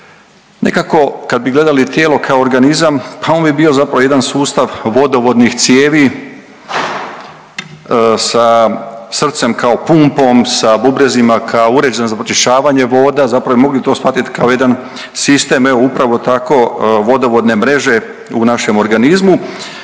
Nekako kad bi gledali tijelo kao organizam pa on bi bio zapravo jedan sustav vodovodnih cijevi sa srcem kao pumpom, sa bubrezima kao uređajem za pročišćavanje voda, zapravo bi mogli to shvatiti kao jedan sistem e upravo tako vodovodne mreže u našem organizmu